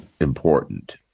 important